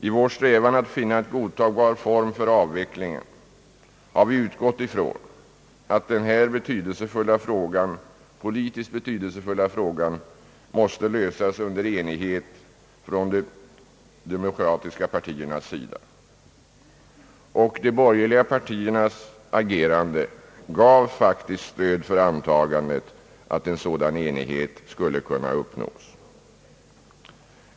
I vår strävan att finna en godtagbar form för avvecklingen har vi utgått ifrån att denna politiskt betydelsefulla fråga måste lösas i enighet från de demokratiska partiernas sida, och de borgerliga partiernas agerande gav faktiskt stöd för antagandet att en sådan enighet skulle kunna uppnås.